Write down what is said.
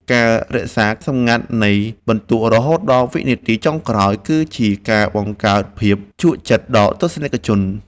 ការរក្សាសម្ងាត់នៃពិន្ទុរហូតដល់វិនាទីចុងក្រោយគឺជាការបង្កើតភាពជក់ចិត្តដល់ទស្សនិកជន។